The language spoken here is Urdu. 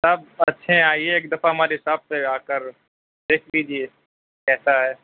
سب اچھے ہیں آئیے ایک دفعہ ہماری شاپ پہ آ کر دیکھ لیجیے کیسا ہے